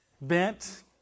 Bent